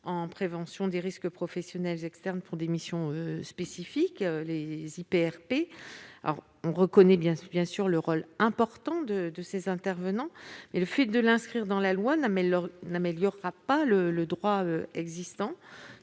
en prévention des risques professionnels (IPRP) externes pour des missions spécifiques. Nous reconnaissons, bien sûr, le rôle important de ces intervenants, mais le fait de l'inscrire dans la loi n'améliorera pas le droit existant.